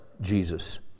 Jesus